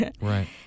right